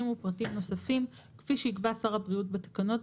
ופרטים נוספים כפי שיקבע שר הבריאות בתקנות,